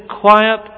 quiet